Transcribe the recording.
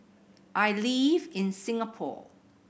I live in Singapore